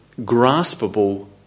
graspable